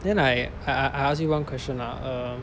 then I I ask you one question ah err